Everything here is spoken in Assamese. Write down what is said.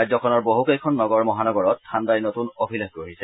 ৰাজ্যখনৰ বহুকেইখন নগৰ মহানগৰত ঠাণ্ডাই নতুন অভিলেখ গঢ়িছে